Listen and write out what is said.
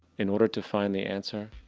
in order to find the answer,